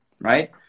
right